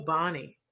Bonnie